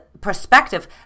perspective